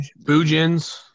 bujins